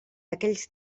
aquells